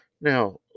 Now